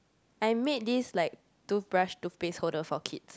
I make this like toothbrush toothpaste holder for kids